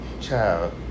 child